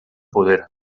poder